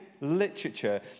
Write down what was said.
literature